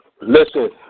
Listen